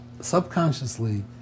subconsciously